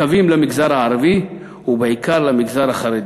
בקווים למגזר הערבי ובעיקר למגזר החרדי.